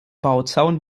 bauzaun